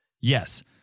Yes